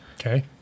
Okay